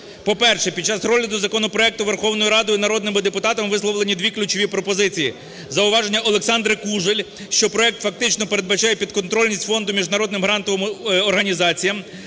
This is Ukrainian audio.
По-перше, під час розгляду законопроекту Верховною Радою і народними депутатами висловлені дві ключові пропозиції. Зауваження Олександри Кужель, що проект фактично передбачає підконтрольність фонду міжнародним грантовим організаціям.